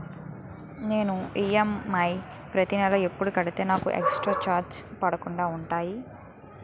నేను ఈ.ఎం.ఐ ప్రతి నెల ఎపుడు కడితే నాకు ఎక్స్ స్త్ర చార్జెస్ పడకుండా ఉంటుంది?